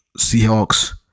Seahawks